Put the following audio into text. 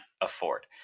afford